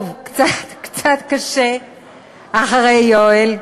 טוב, קצת קצת קשה אחרי יואל.